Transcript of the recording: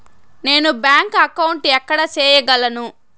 నేను bank account ఎక్కడ సేయగలను